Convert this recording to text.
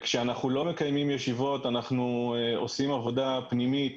כשאנחנו לא מקיימים ישיבות אנחנו עושים עבודה פנימית